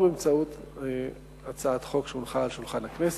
באמצעות הצעת חוק שהונחה על שולחן הכנסת.